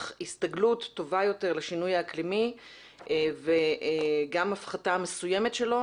הסתגלות טובה יותר לשינוי האקלימי וגם הפחתה מסוימת שלו,